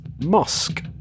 mosque